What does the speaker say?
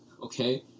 Okay